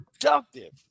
productive